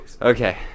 Okay